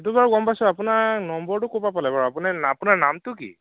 সেইটো বাৰু গম পাইছোঁ আপোনাৰ নম্বৰটো ক'ৰ পৰা পালে বাৰু আপুনি আপোনাৰ নামতো কি